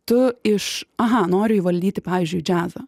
tu iš aha nori įvaldyti pavyzdžiui džiazą